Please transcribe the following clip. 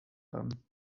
haben